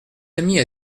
amis